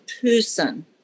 person